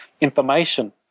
information